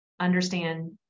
Understand